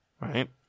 right